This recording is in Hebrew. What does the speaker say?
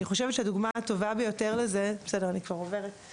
אני חושבת שהדוגמה הטובה ביותר לזה זה באמת